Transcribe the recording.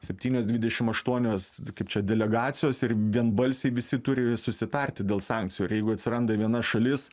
septynios dvidešimt aštuonios kaip čia delegacijos ir vienbalsiai visi turi susitarti dėl sankcijų ir jeigu atsiranda viena šalis